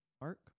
Mark